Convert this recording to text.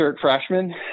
freshman